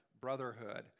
brotherhood